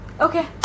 Okay